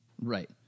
Right